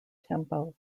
tempo